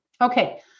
Okay